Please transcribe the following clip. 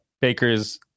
Baker's